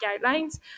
guidelines